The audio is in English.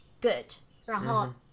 good,然后